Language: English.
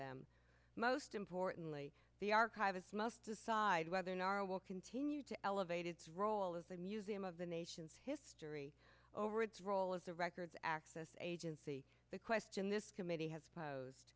them most importantly the archivists must decide whether nara will continue to elevate its role as a museum of the nation's history over its role as the records access agency the question this committee has posed